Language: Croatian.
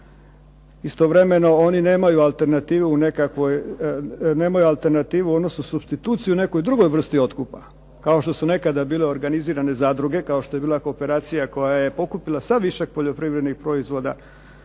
Istovremeno oni nemaju alternativu u nekakvoj, nemaju alternativu odnosno supstituciju u nekoj drugoj vrsti otkupa kao što su nekada bile organizirane zadruge, kao što je bila kooperacija koja je pokupila sav višak poljoprivrednih proizvoda